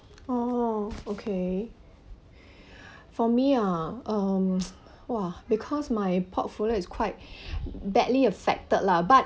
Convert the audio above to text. oh okay for me ah um !wah! because my portfolio is quite badly affected lah but